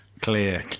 clear